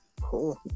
Cool